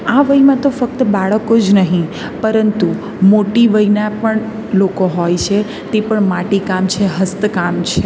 આ વયમાં તો ફક્ત બાળકો જ નહીં પરંતુ મોટી વયનાં પણ લોકો હોય છે તે પણ માટીકામ છે હસ્તકામ છે